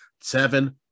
Seven